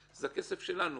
בחינם, שזה הכסף שלנו